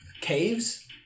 caves